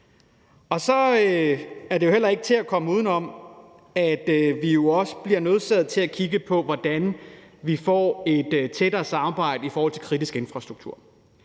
Så er det jo heller ikke til at komme uden om, at vi jo også bliver nødsaget til at kigge på, hvordan vi får et tættere samarbejde i forhold til kritisk infrastruktur.